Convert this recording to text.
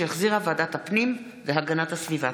שהחזירה ועדת הפנים והגנת הסביבה.